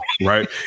right